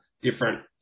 different